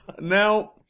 Now